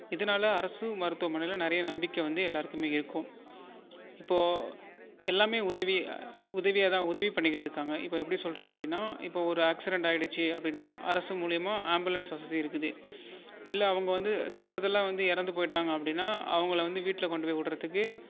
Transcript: இதனால அரசு மருத்துவமனையில் நிறையா நம்பிக்கை வந்து எல்லாேருக்குமே இருக்கும் இப்போது எல்லாமே உதவி உதவியாக தான் உதவி பண்ணிக்கிட்டிருக்காங்க இப்போ எப்படி சொல்வது அப்படின்னா இப்போ ஒரு அக்சிடண்ட் ஆகிடுச்சி அப்படின்னா அரசு மூலயமா ஆம்புலன்ஸ் வசதி இருக்குது இல்லை அவங்க வந்து தவறுதலாக வந்து இறந்து போய்விட்டாங்க அப்படின்னா அவங்கள வந்து வீட்டில் கொண்டு போய் விடுறதுக்கு